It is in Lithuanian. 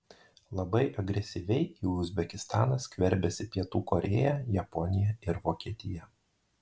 labai agresyviai į uzbekistaną skverbiasi pietų korėja japonija ir vokietija